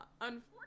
Unfortunately